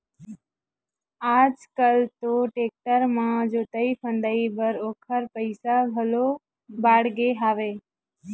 आज कल तो टेक्टर म जोतई फंदई बर ओखर पइसा घलो बाड़गे हवय